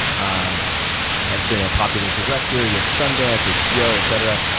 um have been a popular director you have sundance, hbo, etcetera.